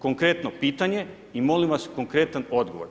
Konkretno pitanje i molim Vas konkretan odgovor.